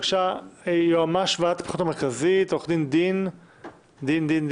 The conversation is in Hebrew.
יועמ"ש ועדת הבחירות המרכזית, עו"ד דין ליבנה,